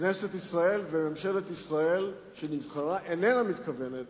כנסת ישראל וממשלת ישראל שנבחרה אינן מתכוונות